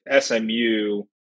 SMU